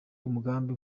umugambi